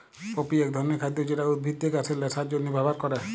poppy এক ধরণের খাদ্য যেটা উদ্ভিদ থেকে আসে নেশার জন্হে ব্যবহার ক্যরে